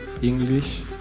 English